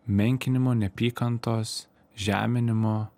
menkinimo neapykantos žeminimo